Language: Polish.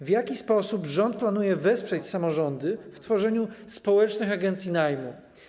W jaki sposób rząd planuje wesprzeć samorządy w tworzeniu społecznych agencji najmu?